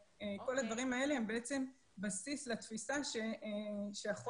כל הדברים האלה הם בעצם בסיס לתפיסה שהחוסן